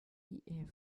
bond